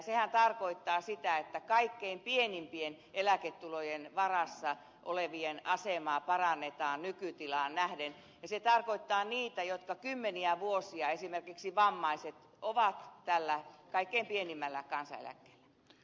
sehän tarkoittaa sitä että kaikkein pienimpien eläketulojen varassa olevien asemaa parannetaan nykytilaan nähden ja se tarkoittaa niitä jotka kymmeniä vuosia esimerkiksi vammaiset ovat tällä kaikkein pienimmällä kansaneläkkeellä